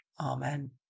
Amen